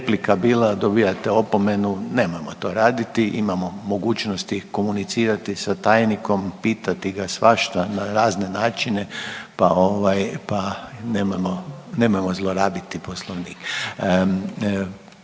replika bila dobijate opomenu, nemojmo to raditi. Imamo mogućnosti komunicirati sa tajnikom, pitati ga svašta na razne načine pa nemojmo zlorabiti Poslovnik.